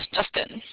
justin?